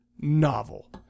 novel